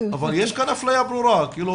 אבל יש כאן אפליה ברורה.